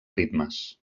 ritmes